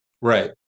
Right